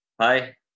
hi